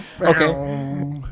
Okay